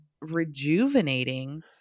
rejuvenating